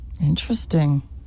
Interesting